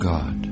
God